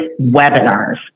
webinars